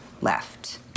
left